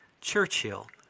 Churchill